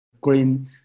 green